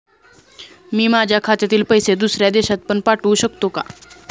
मी माझ्या खात्यातील पैसे दुसऱ्या देशात पण पाठवू शकतो का?